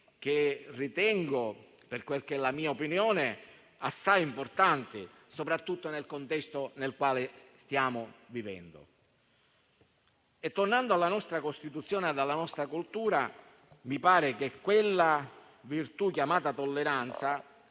che, per quella che è la mia opinione, ritengo assai importanti, soprattutto nel contesto in cui stiamo vivendo. Tornando alla nostra Costituzione a alla nostra cultura, mi pare che, quanto a quella virtù chiamata tolleranza,